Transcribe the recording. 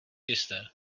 jisté